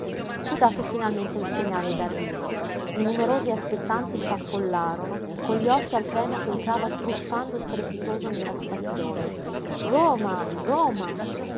fu dato finalmente il segnale d'arrivo i numerosi aspettanti s'affollarono con gli occhi al treno che entrava sbuffando strepitoso nella stazione roma roma